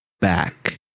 back